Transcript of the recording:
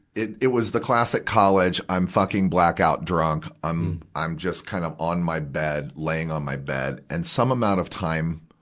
it it was the classic college i'm fucking blackout drunk, i'm i'm just kind of on my bed, laying on my bed. and some amount of time,